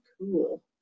cool